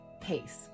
pace